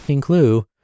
clue